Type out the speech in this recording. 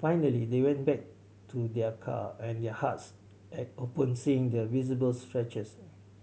finally they went back to their car and their hearts ached upon seeing the visible scratches